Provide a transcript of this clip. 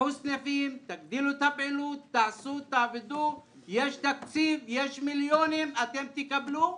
סניפים ונגדיל את הפעילות כי יש תקציב ויש מיליונים שנקבל אותם